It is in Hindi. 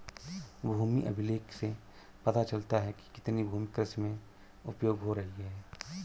भूमि अभिलेख से पता चलता है कि कितनी भूमि कृषि में उपयोग हो रही है